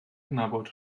nabod